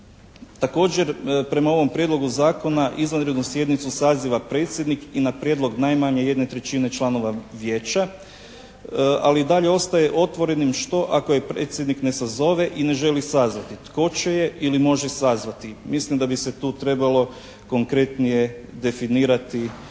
Također prema ovom Prijedlogu zakona izvanrednu sjednicu saziva predsjednik i na prijedlog najmanje 1/3 članova Vijeća, ali i dalje ostane otvorenim što ako je predsjednik ne sazove i ne želi sazvati. Tko će je ili može sazvati? Mislim da bi se tu trebalo konkretnije definirati